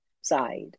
side